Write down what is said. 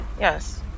Yes